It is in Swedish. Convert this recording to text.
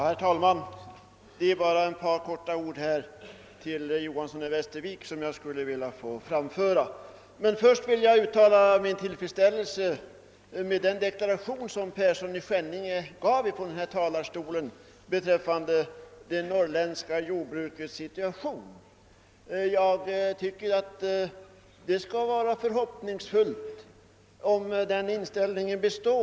Herr talman! Jag skulle bara vilja säga några ord till herr Johanson i Västervik. Först vill jag emellertid uttala min tillfredsställelse med den deklaration som herr Persson i Skänninge avgav från denna talarstol beträffande det norrländska jordbrukets situation. Det borde inge framtida förhoppningar om denna inställning skulle bestå.